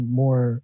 more